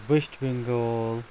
West Bengal